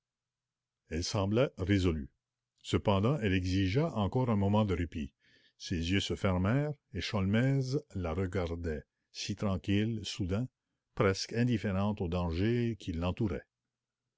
elle semblait résolue cependant elle exigea encore un moment de répit ses yeux se fermèrent et sholmès la regardait si tranquille presque indifférente au danger qui